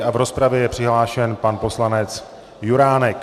V rozpravě je přihlášen pan poslanec Juránek.